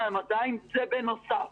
לגבי הקיצוץ,